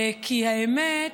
האמת,